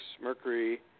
Mercury